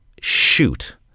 shoot